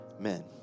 Amen